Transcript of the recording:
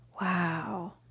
Wow